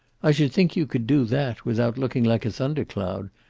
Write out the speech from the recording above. i should think you could do that, without looking like a thunder-cloud.